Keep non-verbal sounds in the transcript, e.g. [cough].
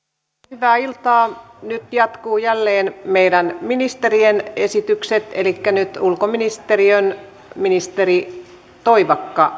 hyvää iltaa nyt jatkuvat jälleen meidän ministeriemme esitykset elikkä nyt ulkoministeriön ministeri toivakka [unintelligible]